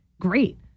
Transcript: great